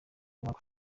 umwaka